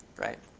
right?